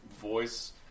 voice